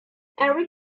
every